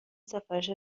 سفارش